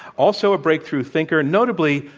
also a breakthrough thinker, notably,